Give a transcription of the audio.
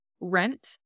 rent